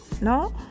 No